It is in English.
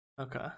Okay